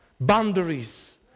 Boundaries